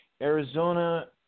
Arizona